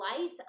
light